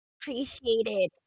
Appreciated